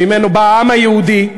שמשם בא העם היהודי,